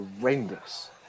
horrendous